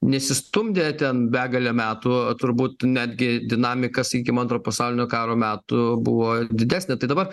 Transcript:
nesistumdė ten begalę metų turbūt netgi dinamika sakykim antro pasaulinio karo metu buvo didesnė tai dabar